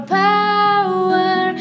power